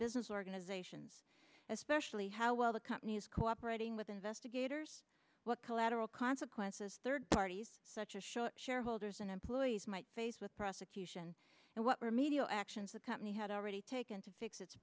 business organizations especially how well the company is cooperating with investigators what collateral consequences third parties such as short shareholders and employees might face with prosecution and what remedial actions the company had already taken to fix its